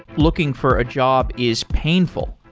looking for a job is painful,